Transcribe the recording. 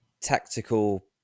tactical